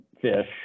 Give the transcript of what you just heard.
fish